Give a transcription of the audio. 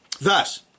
Thus